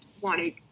wanted